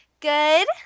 good